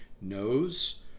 knows